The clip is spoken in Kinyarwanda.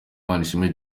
manishimwe